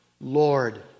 Lord